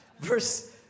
Verse